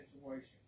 situation